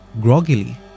Groggily